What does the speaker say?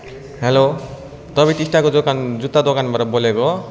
hello तपाईँ टिस्टाको दोकान जुत्ता दोकानबाट बोलेको हो